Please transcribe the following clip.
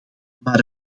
maar